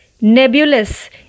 nebulous